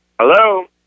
hello